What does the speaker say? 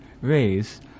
raise